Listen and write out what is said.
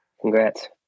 Congrats